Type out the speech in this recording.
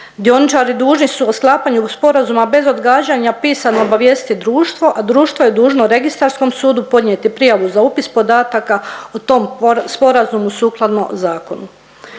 Dioničari dužni su o sklapanju sporazuma bez odgađanja pisano obavijestit društvo, a društvo je dužno registarskom sudu podnijeti prijavu za upis podataka u tom sporazumu sukladno zakonu.